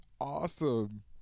awesome